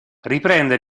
riprende